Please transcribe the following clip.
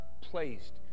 placed